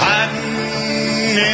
Hiding